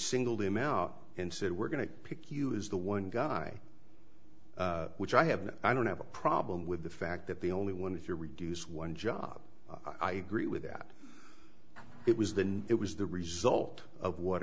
singled him out and said we're going to pick you is the one guy which i have no i don't have a problem with the fact that the only one if you reduce one job i agree with that it was than it was the result of what